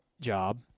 job